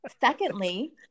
Secondly